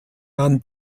mann